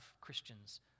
Christians